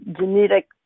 genetic